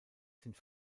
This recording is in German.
sind